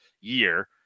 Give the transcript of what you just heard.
year